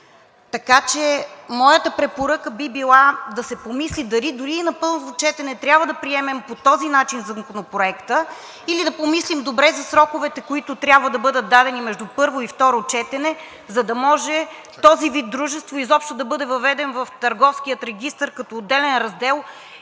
Така че моята препоръка би била да се помисли дали дори и на първо четене трябва да приемем по този начин Законопроекта или да помислим добре за сроковете, които трябва да бъдат дадени между първо и второ четене, за да може този вид дружество изобщо да бъде въведен в Търговския регистър като отделен раздел